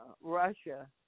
Russia